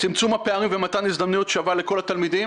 צמצום הפערים ומתן הזדמנות שווה לכל התלמידים?